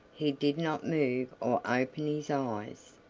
he did not move or open his eyes.